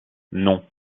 non